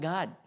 God